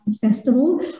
Festival